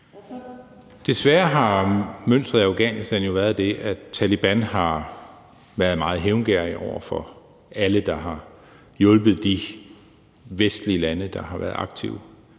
Desværre har mønstret i Afghanistan jo været det, at Taleban har været meget hævngerrige over for alle, der har hjulpet de vestlige lande, der har været aktive